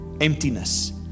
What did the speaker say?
emptiness